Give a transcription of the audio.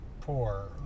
poor